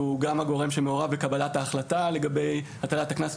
הוא גם הגורן שמעורב בקבלת ההחלטה לגבי הטלת הקנס.